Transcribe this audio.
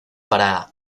para